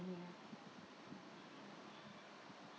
mm